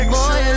Boy